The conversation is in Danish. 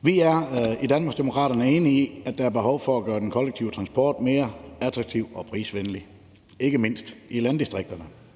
Vi er i Danmarksdemokraterne enige i, at der er behov for at gøre den kollektive transport mere attraktiv og prisvenlig, ikke mindst i landdistrikterne.